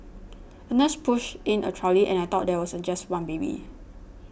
a nurse pushed in a trolley and I thought there was a just one baby